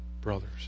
brothers